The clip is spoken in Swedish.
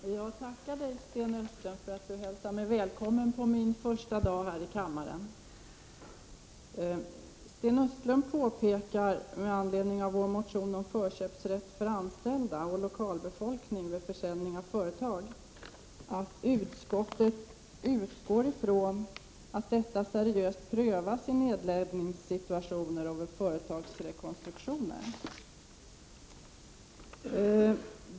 Herr talman! Jag tackar Sten Östlund för att han hälsade mig välkommen på min första dag här i kammaren. Sten Östlund påpekar med anledning av vår motion om förköpsrätt för anställda och lokalbefolkning vid försäljning av företag att utskottet utgår ifrån att detta seriöst prövas i nedläggningssituationer och vid företagsrekonstruktioner.